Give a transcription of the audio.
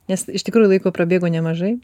nes iš tikrųjų laiko prabėgo nemažai